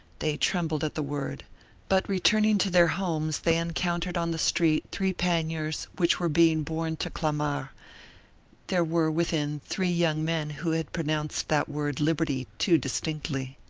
they trembled at the word but returning to their homes they encountered on the street three panniers which were being borne to clamart there were, within, three young men who had pronounced that word liberty too distinctly.